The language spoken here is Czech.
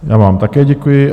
Já vám také děkuji.